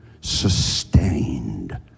sustained